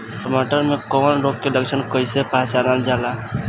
टमाटर मे कवक रोग के लक्षण कइसे पहचानल जाला?